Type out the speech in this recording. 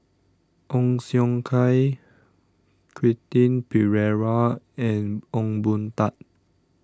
Ong Siong Kai Quentin Pereira and Ong Boon Tat